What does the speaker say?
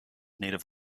native